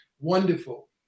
wonderful